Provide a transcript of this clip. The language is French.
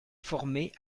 formé